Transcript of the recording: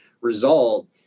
result